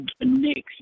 next